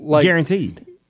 Guaranteed